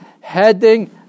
heading